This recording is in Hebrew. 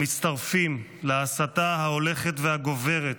המצטרפים להסתה ההולכת והגוברת